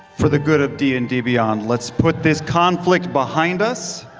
for the good of d and d beyond, let's put this conflict behind us.